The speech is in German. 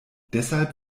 deshalb